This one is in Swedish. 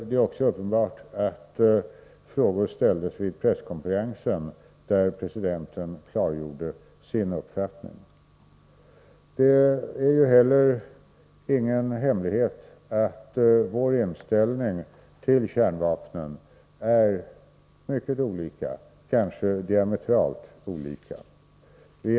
Det är uppenbart att frågor ställdes också vid presskonferensen, där presidenten klargjorde sin uppfattning. Det är inte heller någon hemlighet att vår inställning till kärnvapen är mycket olika, kanske diametralt olika, Frankrikes.